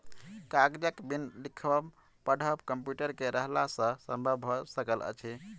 कागजक बिन लिखब पढ़ब कम्प्यूटर के रहला सॅ संभव भ सकल अछि